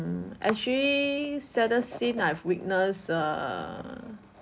mm actually saddest scene I've witnessed err